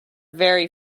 very